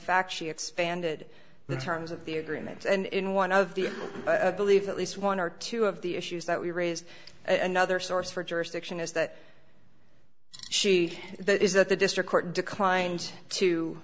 fact she expanded the terms of the agreements and in one of the it believes at least one or two of the issues that we raised another source for jurisdiction is that she that is that the district court declined to